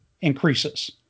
increases